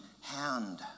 hand